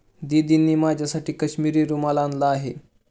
दीदींनी माझ्यासाठी काश्मिरी रुमाल आणला आहे